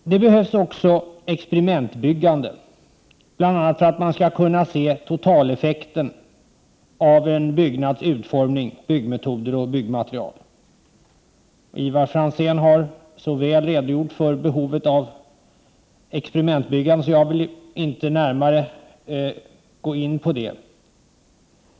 Vidare behövs experimentbyggande, bl.a. för att man skall kunna se totaleffekten av en byggnads utformning, byggmetod och byggnadsmaterial. Ivar Franzén har så väl redogjort för behovet av experimentbyggande att jag inte närmare skall gå in på det.